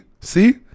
See